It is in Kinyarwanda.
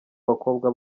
abakobwa